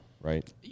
Right